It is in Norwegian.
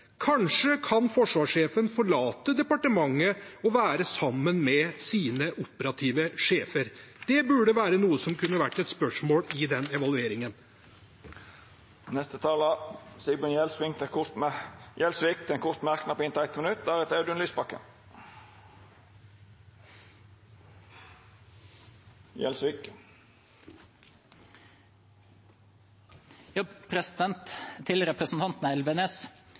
Kanskje kan forsvarssjefen forlate departementet og være sammen med sine operative sjefer. Det burde være noe som kunne være et spørsmål i den evalueringen. Representanten Sigbjørn Gjelsvik har hatt ordet to gonger tidlegare og får ordet til ein kort merknad, avgrensa til 1 minutt. Til representanten Elvenes: